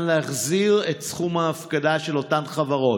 להחזיר את סכום ההפקדה של אותן חברות.